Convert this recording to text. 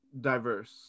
diverse